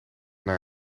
naar